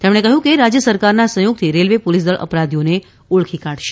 તેમણે કહ્યું કે રાજ્ય સરકારના સહયોગથી રેલવે પોલીસદળ અપરાધીઓને ઓળખી કાઢશે